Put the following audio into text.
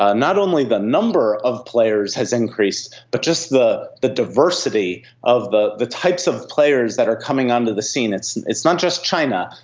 ah not only the number of players has increased but just the the diverse city of the the types of players that are coming onto the scene. it's it's not just china,